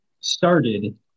started